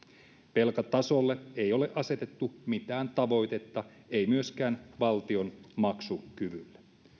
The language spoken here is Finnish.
velkatasolle ei ole asetettu mitään tavoitetta ei myöskään valtion maksukyvylle